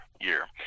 year